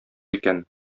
икән